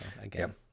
again